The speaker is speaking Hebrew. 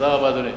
תודה רבה, אדוני.